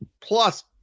plus